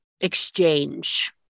exchange